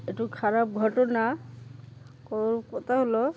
একটু খারাপ ঘটনার কো কথা হলো